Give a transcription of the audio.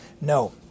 No